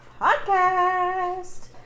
podcast